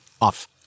Off